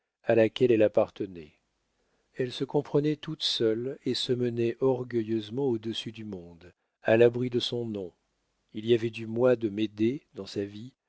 à laquelle elle appartenait elle se comprenait toute seule et se mettait orgueilleusement au-dessus du monde à l'abri de son nom il y avait du moi de médée dans sa vie